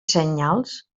senyals